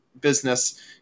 business